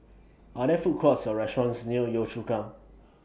Are There Food Courts Or restaurants near Yio Chu Kang